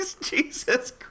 Jesus